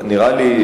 נראה לי,